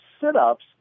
sit-ups